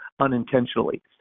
unintentionally